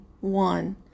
one